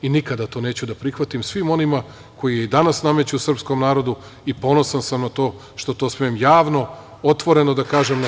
Nikada to neću da prihvatim, svim onima koji i danas nameću srpskom narodu i ponosan sam na to što smem javno, otvoreno da kažem na